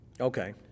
Okay